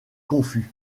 confus